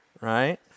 right